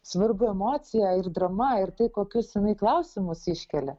svarbu emocija ir drama ir tai kokius jinai klausimus iškelia